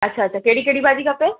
अच्छा त कहिड़ी कहिड़ी भाॼी खपे